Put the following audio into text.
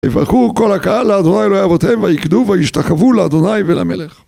ויברכו כל הקהל לאדוני אלוהי אבותיהם ויקדו וישתחוו לאדוני ולמלך